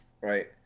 right